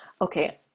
okay